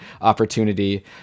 opportunity